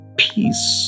peace